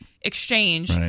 exchange